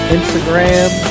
Instagram